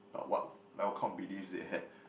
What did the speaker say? like what like what kind of beliefs they had